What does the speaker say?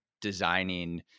designing